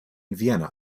vienna